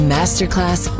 Masterclass